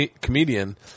comedian –